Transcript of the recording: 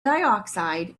dioxide